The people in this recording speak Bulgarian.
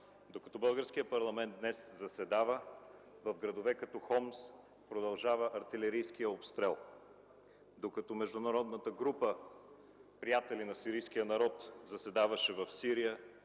Докато днес българският парламент заседава, в градове като Хомс продължава артилерийския обстрел. Докато международната група „Приятели на сирийския народ” заседаваше, в Сирия